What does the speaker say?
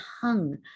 hung